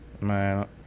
Man